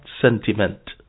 sentiment